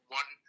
one